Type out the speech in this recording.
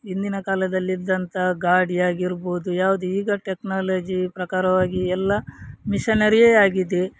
ಹಿಂದಿನ ಕಾಲದಲ್ಲಿದ್ದಂತ ಗಾಡಿ ಆಗಿರ್ಬೋದು ಯಾವುದು ಈಗ ಟೆಕ್ನಾಲಜಿ ಪ್ರಕಾರವಾಗಿ ಎಲ್ಲ ಮಿಷನರಿಯೇ ಆಗಿದೆ